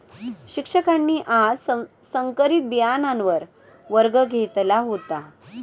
शिक्षकांनी आज संकरित बियाणांवर वर्ग घेतला होता